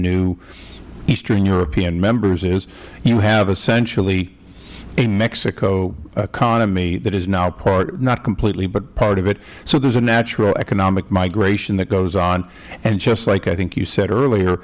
new eastern european members is you have essentially a mexico economy that is now part not completely but part of it so there is a natural economic migration that goes on and just like i think you said